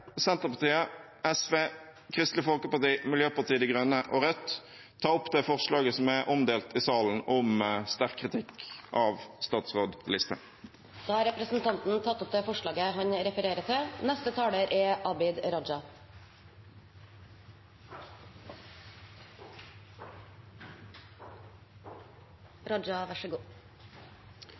Senterpartiet, SV, Kristelig Folkeparti, Miljøpartiet De Grønne og Rødt ta opp det forslaget vi står bak om sterk kritikk av statsråd Listhaug. Representanten Audun Lysbakken har tatt opp det forslaget han refererte til. Stortingets viktigste oppgave er